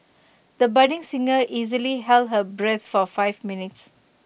the budding singer easily held her breath for five minutes